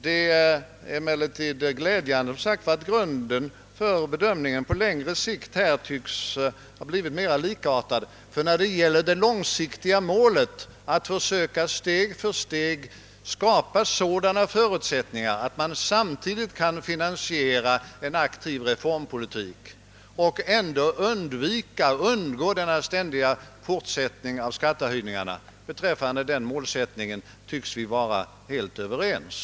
Det är emellertid glädjande att grunden för bedömningen på litet längre sikt har blivit mera likartad. Vi tycks nu vara överens om att målsättningen måste vara att steg för, steg försöka skapa sådana förutsättningar att man samtidigt kan finansiera en aktiv reformpolitik och ändå kan undgå ständiga höjningar av skattetrycket men reformera metoderna.